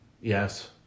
Yes